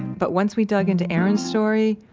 but once we dug into erin's story,